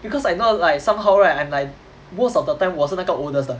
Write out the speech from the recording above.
because I not like somehow right I'm like most of the time 我是那个 oldest 的